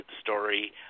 story